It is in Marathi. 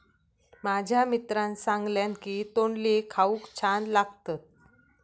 माझ्या मित्रान सांगल्यान की तोंडली खाऊक छान लागतत